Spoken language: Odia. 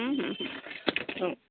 ହୁଁ ହୁଁ ହଉ